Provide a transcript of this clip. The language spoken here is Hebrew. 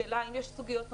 לשאלה האם יש סוגיות נוספות,